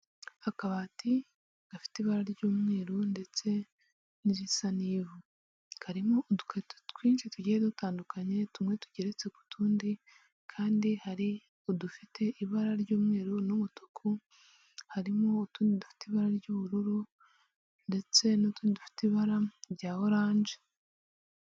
Akabati gafite ibara ry'umweru ndetse n'izisa n'ivu, karimo udukweto twinshi tugiye dutandukanye, tumwe tugeretse ku tundi kandi hari udufite ibara ry'umweru n'umutuku, harimo utundi dufite ibara ry'ubururu ndetse n'utundi dufite ibara rya oranje.